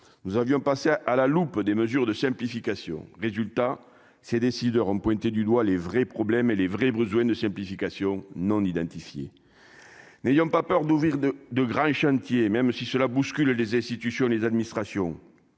nous avions passé à la loupe, des mesures de simplification résultat ces décideurs ont pointé du doigt les vrais problèmes et les vrais besoins de simplification non identifiés, n'ayons pas peur d'ouvrir de de grands chantiers, même si cela bouscule les institutions et les administrations,